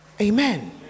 amen